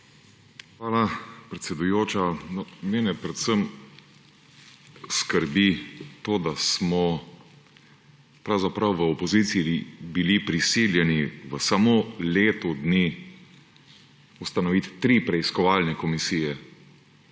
Hvala, predsedujoča. Mene predvsem skrbi to, da smo v opoziciji bili prisiljeni v samo letu dni ustanoviti tri preiskovalne komisije